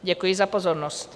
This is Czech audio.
Děkuji za pozornost.